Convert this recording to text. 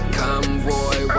convoy